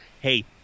hey